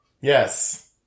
Yes